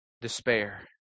despair